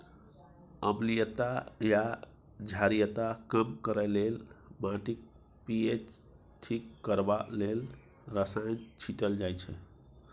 अम्लीयता या क्षारीयता कम करय लेल, माटिक पी.एच ठीक करबा लेल रसायन छीटल जाइ छै